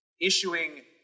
issuing